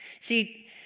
See